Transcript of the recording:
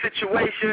situation